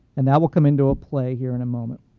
and that will come into ah play here in a moment.